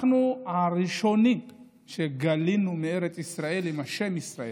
אנחנו הראשונים שגלינו מארץ ישראל עם השם "ישראל",